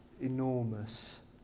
enormous